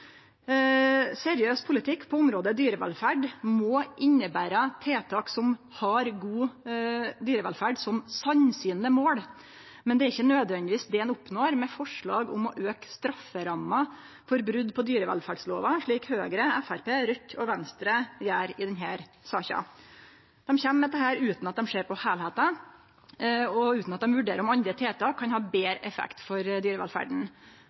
Seriøs politikk på området dyrevelferd må innebere tiltak som har god dyrevelferd som sannsynleg mål, men det er ikkje nødvendigvis det ein oppnår med forslag om å auke strafferamma for brot på dyrevelferdslova, slik Høgre, Framstegspartiet, Raudt og Venstre gjer i denne saka. Dei kjem med dette utan å sjå på heilskapen og utan å vurdere om andre tiltak kan ha betre effekt for dyrevelferda.